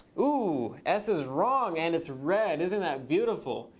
oh, s is wrong, and it's red. isn't that beautiful?